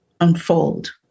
unfold